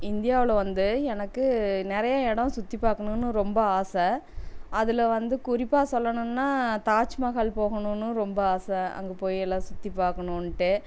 இந்தியாவில் வந்து எனக்கு நிறைய இடம் சுற்றி பார்க்கணுன்னு ரொம்ப ஆசை அதில் வந்து குறிப்பாக சொல்லணும்னா தாஜ்மஹால் போகணும்னு ரொம்ப ஆசை அங்கே போய் எல்லாம் சுற்றி பார்க்கணுன்ட்டு